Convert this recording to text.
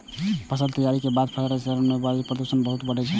फसल तैयारी के बाद पराली जराबै सं वायु प्रदूषण बहुत बढ़ै छै